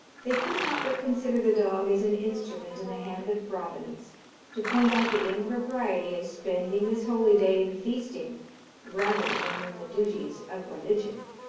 they could not but consider the dog as an instrument in the hand of providence to point out the impropriety of spending this holy day in feasting rather than in the duties of religion.